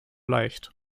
leicht